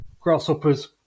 grasshopper's